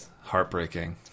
Heartbreaking